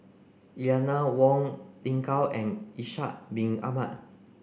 Eleanor Wong Lin Gao and Ishak bin Ahmad